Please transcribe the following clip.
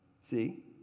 See